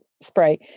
spray